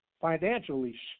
financially